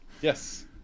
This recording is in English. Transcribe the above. Yes